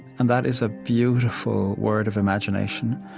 and that is a beautiful word of imagination,